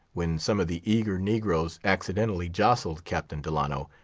when some of the eager negroes accidentally jostled captain delano,